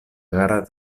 gara